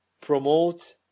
promote